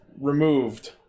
removed